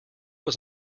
was